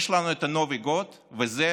יש לנו את הנובי גוד, וזה